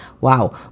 wow